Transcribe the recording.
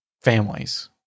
Families